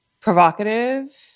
provocative